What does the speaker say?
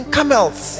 Camels